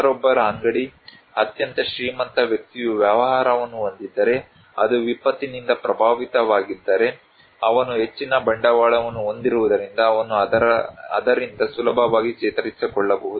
ಯಾರೊಬ್ಬರ ಅಂಗಡಿ ಅತ್ಯಂತ ಶ್ರೀಮಂತ ವ್ಯಕ್ತಿಯು ವ್ಯವಹಾರವನ್ನು ಹೊಂದಿದ್ದರೆ ಅದು ವಿಪತ್ತಿನಿಂದ ಪ್ರಭಾವಿತವಾಗಿದ್ದರೆ ಅವನು ಹೆಚ್ಚಿನ ಬಂಡವಾಳವನ್ನು ಹೊಂದಿರುವುದರಿಂದ ಅವನು ಅದರಿಂದ ಸುಲಭವಾಗಿ ಚೇತರಿಸಿಕೊಳ್ಳಬಹುದು